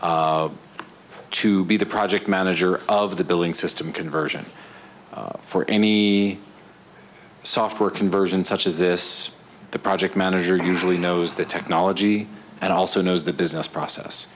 to be the project manager of the billing system conversion for any software conversion such as this the project manager usually knows the technology and also knows the business process